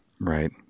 Right